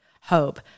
hope